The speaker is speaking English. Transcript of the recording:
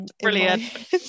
brilliant